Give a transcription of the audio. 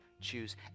choose